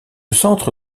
centre